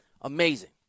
amazing